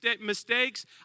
mistakes